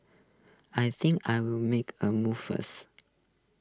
I think I'll make A move first